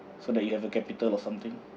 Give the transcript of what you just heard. so that you have a capital or something